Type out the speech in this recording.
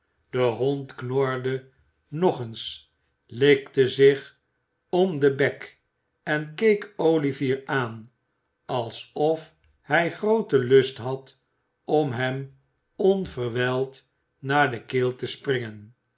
de hond knorde nog eens likte zich om den bek en keek olivier aan alsof hij grooten lust had om hem onverwijld naar de keel te springen